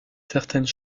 certaines